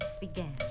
began